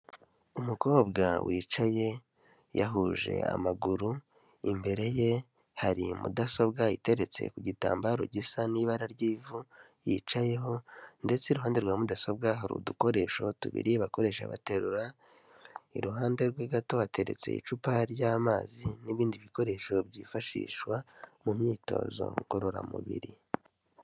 Umukobwa wicaye yahuje amaguru, imbere ye hari mudasobwa iteretse ku gitambaro gisa n'ibara ry'ivu yicayeho ndetse iruhande rwa mudasobwa hari udukoresho tubiri bakoresha baterura, iruhande rwe gato hateretse icupa ry'amazi n'ibindi bikoresho byifashishwa mu myitozo ngororamubiri.